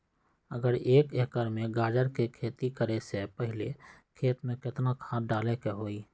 अगर एक एकर में गाजर के खेती करे से पहले खेत में केतना खाद्य डाले के होई?